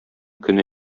көне